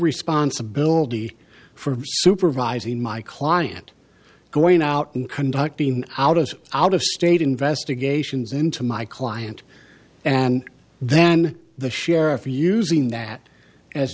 responsibility for supervising my client going out and conducting out of out of state investigations into my client and then the sheriff using that as